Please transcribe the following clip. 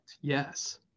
Yes